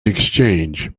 exchange